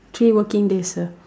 three working days sir